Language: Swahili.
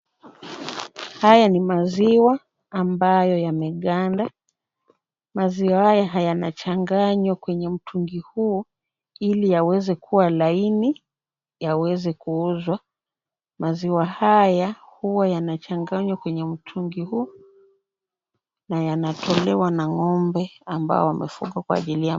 Haya ni maziwa ambayo yameganda, maziwa haya yanachanganywa kwenye mtungi huu ili yawezekua laini yaweze kuuzwa. Maziwa haya huwa yanachanganywa kwenye mtungi huu na yanatolewa na ng'ombe ambao wamefugwa kwa ajili ya ...